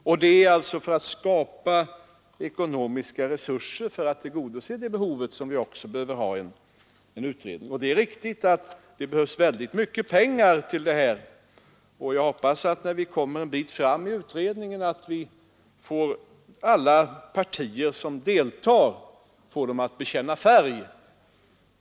Och det är för att skapa ekonomiska resurser för att tillgodose det behovet som vi behöver en utredning. Likaså behövs det väldigt mycket pengar, det är riktigt. Jag hoppas också att vi, när vi kommer ett stycke på väg med utredningen, får alla deltagande partier att bekänna färg.